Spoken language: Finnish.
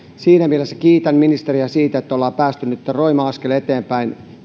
siinä mielessä kiitän ministeriä siitä että ollaan päästy nytten roima askel eteenpäin